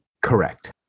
correct